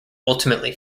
ultimately